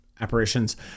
apparitions